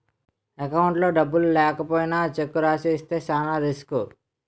అకౌంట్లో డబ్బులు లేకపోయినా చెక్కు రాసి ఇస్తే చానా రిసుకు